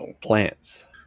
plants